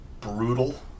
brutal